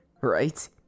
Right